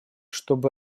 чтобы